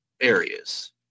areas